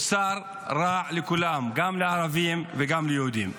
הוא שר רע לכולם, גם לערבים וגם ליהודים.